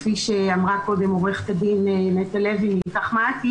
כפי שאמרה קודם עורכת הדין נטע לוי מ"איתך-מעכי"